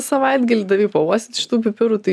savaitgalį davei pauostyt šitų pipirų tai